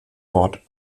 wort